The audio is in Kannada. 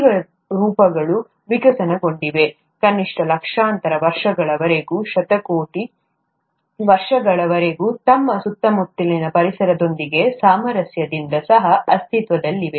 ಜೀವ ರೂಪಗಳು ವಿಕಸನಗೊಂಡಿವೆ ಕನಿಷ್ಠ ಲಕ್ಷಾಂತರ ವರ್ಷಗಳವರೆಗೆ ಅಥವಾ ಶತಕೋಟಿ ವರ್ಷಗಳವರೆಗೆ ತಮ್ಮ ಸುತ್ತಮುತ್ತಲಿನ ಪರಿಸರದೊಂದಿಗೆ ಸಾಮರಸ್ಯದಿಂದ ಸಹ ಅಸ್ತಿತ್ವದಲ್ಲಿವೆ